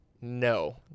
no